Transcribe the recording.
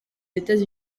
états